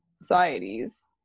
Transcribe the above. societies